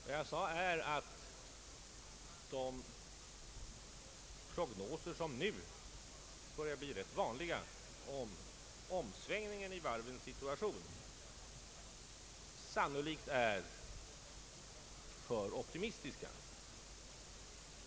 Vad jag sade var att de prognoser beträffande omsvängningen i varvens situation som nu börjar bli ganska vanliga sannolikt är för optimistiska.